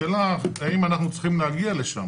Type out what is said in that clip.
השאלה האם אנחנו צריכים להגיע לשם.